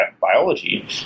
biology